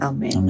Amen